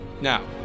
Now